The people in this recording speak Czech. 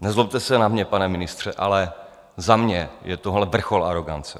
Nezlobte se na mě, pane ministře, ale za mě je tohle vrchol arogance.